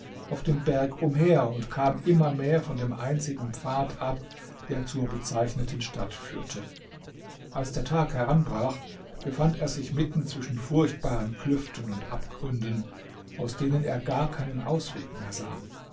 auf dem berg umher und kam immer mehr von dem einzigen pfad ab der zur bezeichneten stadt führte als der tag heranbrach befand er sich mitten zwischen furchtbaren klüften und abgründen aus denen er gar keinen ausweg mehr sah